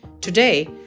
Today